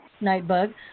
Nightbug